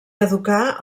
educar